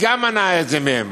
היא מנעה גם את זה ממנו,